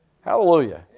Hallelujah